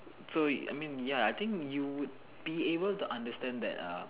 so it I mean ya I think you would be able to understand that ah